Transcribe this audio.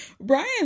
Brian